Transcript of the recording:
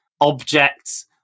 objects